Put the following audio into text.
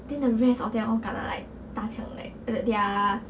then the rest of them all kena like 打枪 like err their